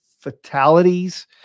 fatalities